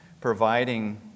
providing